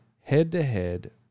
head-to-head